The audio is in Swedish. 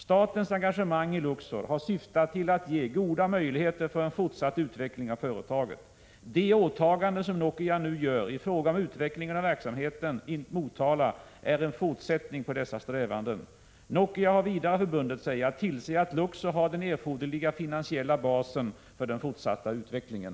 Statens engagemang i Luxor har syftat till att ge goda möjligheter för en fortsatt utveckling av företaget. De åtaganden som Nokia nu gör i fråga om utvecklingen av verksamheten i Motala är en fortsättning på dessa strävanden. Nokia har vidare förbundit sig att tillse att Luxor har den erforderliga finansiella basen för den fortsatta utvecklingen.